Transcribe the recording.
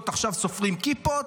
עכשיו סופרים כיפות.